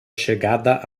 chegada